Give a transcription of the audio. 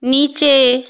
নিচে